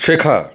শেখা